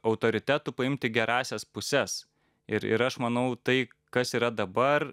autoritetų paimti gerąsias puses ir ir aš manau tai kas yra dabar